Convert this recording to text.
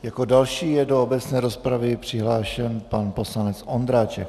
Jako další je do obecné rozpravy přihlášen pan poslanec Ondráček.